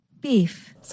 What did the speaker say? Beef